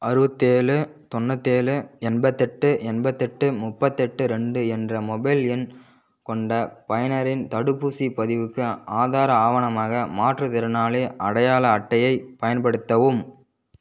அறுவத்தேழு தொண்ணூத்தேழு எண்பத்தெட்டு எண்பத்தெட்டு முப்பத்தெட்டு ரெண்டு என்ற மொபைல் எண் கொண்ட பயனரின் தடுப்பூசிப் பதிவுக்கு ஆதார ஆவணமாக மாற்றுத்திறனாளி அடையாள அட்டையை பயன்படுத்தவும்